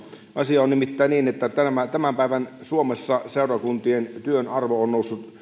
asia on nimittäin niin että tämän päivän suomessa seurakuntien työn arvo on noussut